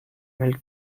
mal